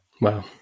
Wow